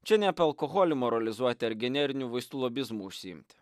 čia ne apie alkoholį moralizuoti ar generinių vaistų lobizmu užsiimti